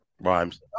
Rhymes